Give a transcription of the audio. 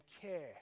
care